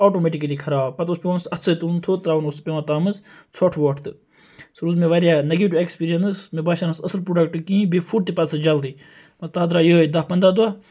automatically خَراب پَتہٕ اوس پیٚوان سُہ اتھ سۭتۍ تُلُن تھوٚد تراوُن اوس پیٚوان تتھ مَنٛز ژھوٚٹھ ووٚٹھ سُہ روٗز مےٚ واریاہ نیٚگیٹِو ایٚکسپیریَنس مےٚ باسیو نہٕ سُہ اصل پروڈَکٹہٕ کِہیٖنۍ بیٚیہِ فُٹ تہِ سُہ جلدی مَطلَب تتھ درٛاو یہے دہ پَنداہ دۄہ